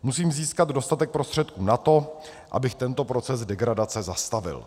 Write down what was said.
Musím získat dostatek prostředků na to, abych tento proces degradace zastavil.